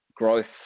growth